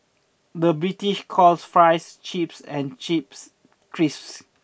the British calls fries chips and chips crisps